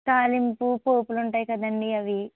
తాలింపు పోపులు ఉంటాయి కదండి అవి